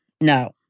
no